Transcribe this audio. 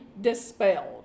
dispelled